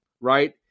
right